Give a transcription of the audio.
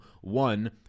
one